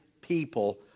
people